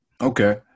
Okay